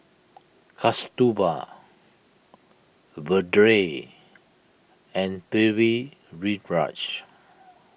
Kasturba Vedre and Pritiviraj